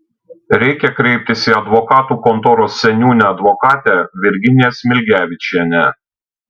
reikia kreiptis į advokatų kontoros seniūnę advokatę virginiją smilgevičienę